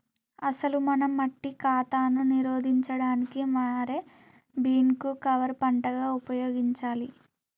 అసలు మనం మట్టి కాతాను నిరోధించడానికి మారే బీన్ ను కవర్ పంటగా ఉపయోగించాలి